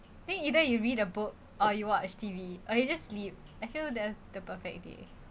think either you read a book or you watch T_V or you just sleep I feel there's the perfect day